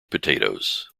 potatoes